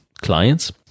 clients